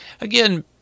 again